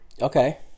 Okay